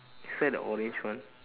is that the orange one